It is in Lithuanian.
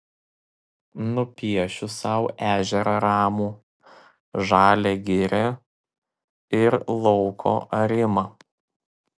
nupiešiu sau ežerą ramų žalią girią ir lauko arimą